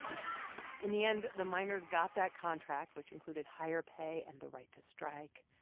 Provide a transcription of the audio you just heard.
um in the end, the miners got that contract which included higher pay and the right to strike.